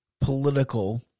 political